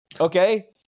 Okay